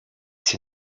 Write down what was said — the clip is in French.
ses